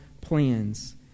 plans